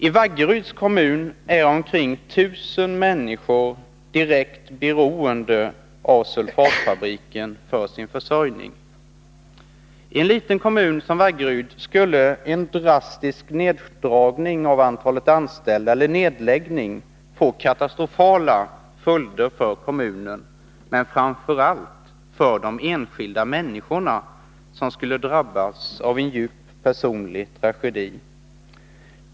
I Vaggeryds kommun är omkring 1 000 människor direkt beroende av sulfatfabriken för sin försörjning. I en liten kommun som Vaggeryd skulle en drastisk neddragning av antalet anställda eller nedläggning få katastrofala följder för kommunen, men framför allt för de enskilda människorna, som skulle drabbas av en djup personlig tragedi.